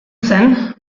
zen